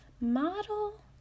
Model